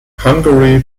hungary